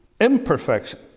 imperfection